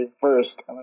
first